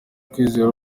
kwizera